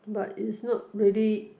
but is not really